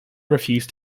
refused